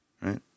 right